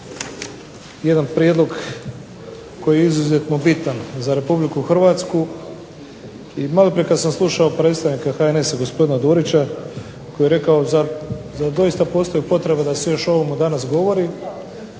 pred nama jedan prijedlog koji je izuzetno bitan za Republiku Hrvatsku i malo prije kad sam slušao predstavnika HNS-a gospodina Dorića koji je rekao zar doista postoji potreba da se još o ovomu danas govori.